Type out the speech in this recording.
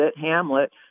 Hamlet